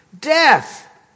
Death